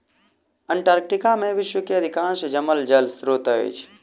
Antarctica में विश्व के अधिकांश जमल जल स्त्रोत अछि